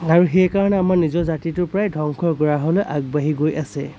আৰু সেইকাৰণে আমাৰ নিজৰ জাতিটো প্ৰায় ধ্বংসৰ গৰাহলৈ আগবাঢ়ি গৈ আছে